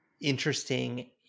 interesting